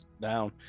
down